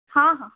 ହଁ ହଁ